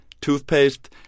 Toothpaste